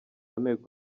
nteko